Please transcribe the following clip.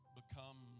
become